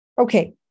Okay